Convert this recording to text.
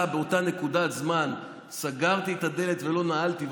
באותה נקודת זמן: "סגרתי את הדלת ולא נעלתי",